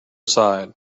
side